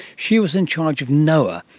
she was in charge of noaa,